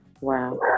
Wow